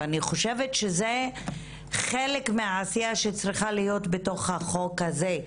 אני חושבת שזה חלק מהעשייה שצריכה להיות בתוך החוק הזה.